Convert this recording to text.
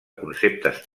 conceptes